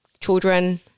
children